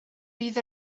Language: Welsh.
bydd